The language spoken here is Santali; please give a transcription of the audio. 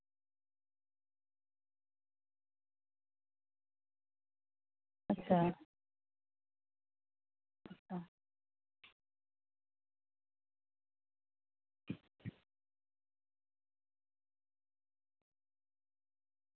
ᱟᱪᱪᱷᱟ ᱟᱪᱪᱷᱟ